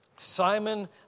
Simon